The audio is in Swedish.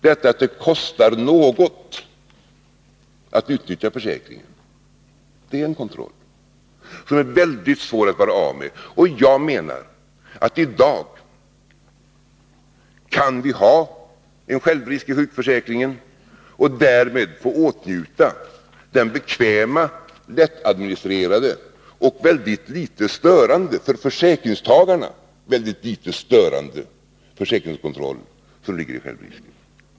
Detta att det kostar något att utnyttja försäkringen är en kontroll, som det är mycket svårt att vara utan. Jag menar att vi i dag kan ha en självrisk i sjukförsäkringen och därmed få åtnjuta den bekväma, lättadministrerade och för försäkringstagarna väldigt litet störande försäkringskontroll som ligger i självrisken.